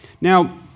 Now